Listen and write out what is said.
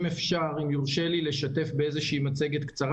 אם אפשר, לשתף באיזו מצגת קצרה.